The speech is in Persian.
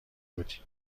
بودیم